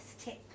tip